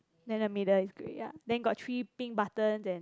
then the middle is grey ya then got three pink button then